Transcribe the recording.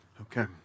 Okay